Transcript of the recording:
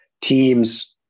team's